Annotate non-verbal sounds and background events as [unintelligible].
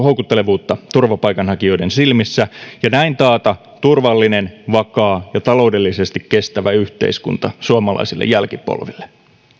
[unintelligible] houkuttelevuutta turvapaikanhakijoiden silmissä ja näin taata turvallinen vakaa ja taloudellisesti kestävä yhteiskunta suomalaisilla jälkipolville